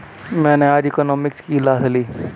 मैंने आज इकोनॉमिक्स की क्लास ली